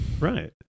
Right